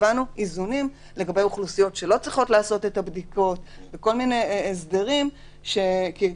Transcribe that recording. השאלה היא איזה בסיס יש לזה שזה ישתנה.